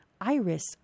iris